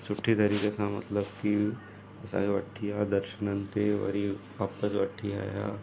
सुठी तरीक़े सां मतिलबु की असांखे वठी विया दर्शननि ते वरी वापसि वठी आया